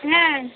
ᱦᱮᱸ